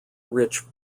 rich